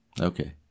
Okay